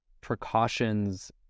precautions